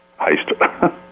heist